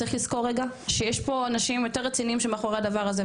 צריך לזכור רגע שיש פה אנשים יותר רציניים שמאחורי הדבר הזה,